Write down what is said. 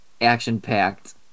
action-packed